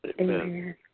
Amen